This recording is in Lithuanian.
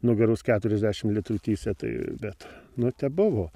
nugaros keturiasdešim litrų tįsė tai bet nu te buvo